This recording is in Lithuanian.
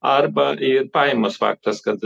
arba į pajamas faktas kad